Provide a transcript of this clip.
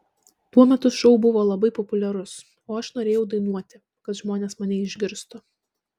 tuo metu šou buvo labai populiarus o aš norėjau dainuoti kad žmonės mane išgirstų